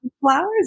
Flowers